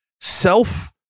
Self